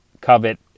covet